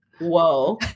Whoa